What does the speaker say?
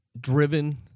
driven